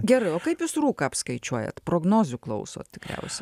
gerai o kaip jūs rūką apskaičiuojat prognozių klausot tikriausiai